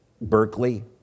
Berkeley